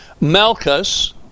Malchus